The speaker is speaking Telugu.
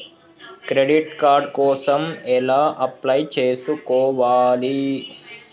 క్రెడిట్ కార్డ్ కోసం ఎలా అప్లై చేసుకోవాలి?